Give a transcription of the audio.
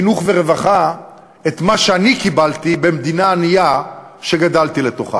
בחינוך וברווחה את מה שאני קיבלתי במדינה הענייה שגדלתי בה.